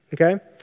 Okay